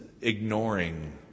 ignoring